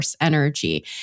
energy